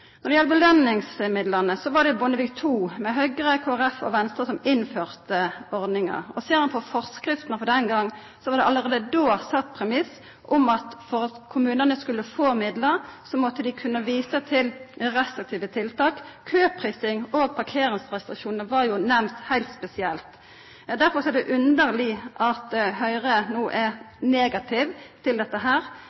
Når det gjeld belønningsmidlane, var det Bondevik II, med Høgre, Kristeleg Folkeparti og Venstre, som innførte ordninga. Ser ein på forskriftene frå den gongen, var det allereie då sett premiss for at dersom kommunane skulle få midlar, måtte dei kunne visa til restriktive tiltak. Køprising og parkeringsrestriksjonar var nemnt heilt spesielt. Derfor er det underleg at Høgre no er